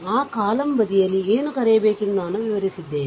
ಆ ಕಾಲಮ್ ಬದಿಯಲ್ಲಿ ಏನು ಕರೆಯಬೇಕೆಂದು ನಾನು ವಿವರಿಸಿದ್ದೇನೆ